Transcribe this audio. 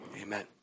Amen